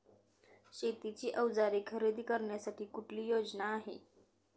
शेतीची अवजारे खरेदी करण्यासाठी कुठली योजना आहे?